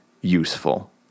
useful